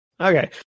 Okay